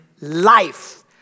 life